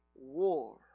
war